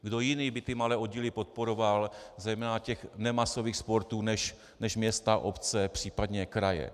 Kdo jiný by malé oddíly podporoval, zejména těch nemasových sportů, než města a obce, případně kraje?